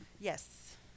Yes